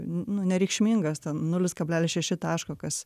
nu nereikšmingas ten nulis kablelis šeši taško kas